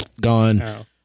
gone